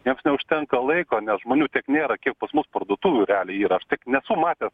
nes neužtenka laiko nes žmonių tiek nėra kiek pas mus parduotuvių realiai yra aš tiek nesu matęs